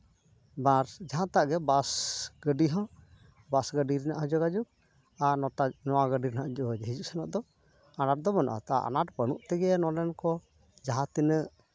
ᱵᱟᱥ ᱡᱟᱦᱟᱸᱴᱟᱜ ᱜᱮ ᱵᱟᱥ ᱜᱟᱹᱰᱤ ᱦᱚᱸ ᱵᱟᱥ ᱜᱟᱹᱰᱤ ᱨᱮᱱᱟᱜ ᱦᱚᱸ ᱡᱳᱜᱟᱡᱳᱜᱽ ᱟᱨ ᱱᱚᱛᱮ ᱱᱚᱣᱟ ᱜᱟᱹᱰᱤ ᱨᱮᱱᱟᱜ ᱦᱚᱸ ᱡᱳᱜᱟᱡᱳᱜᱽ ᱦᱤᱡᱩᱜ ᱥᱮᱱᱚᱜ ᱫᱚ ᱟᱱᱟᱴ ᱫᱚ ᱵᱟᱹᱱᱩᱜᱼᱟ ᱟᱱᱟᱴ ᱵᱟᱹᱱᱩᱜ ᱛᱮᱜᱮ ᱱᱚᱰᱮᱱ ᱠᱚ ᱡᱟᱦᱟᱸᱛᱤᱱᱟᱹᱜ